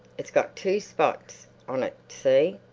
it's got two spots on it see?